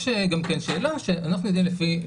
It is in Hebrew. יש גם כן שאלה שאנחנו יודעים לפי,